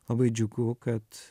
labai džiugu kad